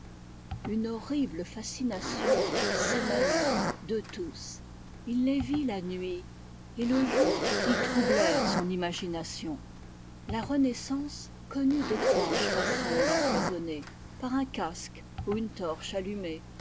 une horrible fascination s'émanait d'eux tous il les vit la nuit et le jour ils troublèrent son imagination la renaissance connut d'étranges façons d'empoisonner par un casque ou une torche allumée